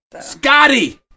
Scotty